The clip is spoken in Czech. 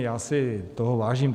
Já si toho vážím.